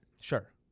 Sure